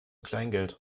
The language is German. kleingeld